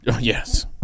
Yes